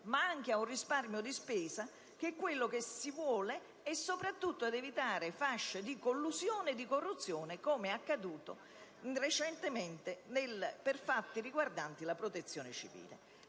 ed anche ad un risparmio di spesa, che è quello che si vuole, e soprattutto ad evitare fasce di collusione e corruzione, come accaduto recentemente per fatti riguardanti la Protezione civile,